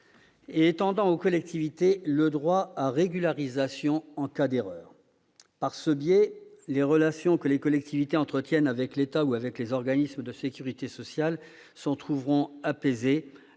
qui étend aux collectivités le droit à régularisation en cas d'erreur. Par ce biais, les relations que les collectivités entretiennent avec l'État ou avec les organismes de sécurité sociale s'en trouveront apaisées,